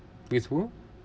with who